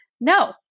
no